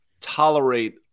tolerate